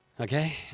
Okay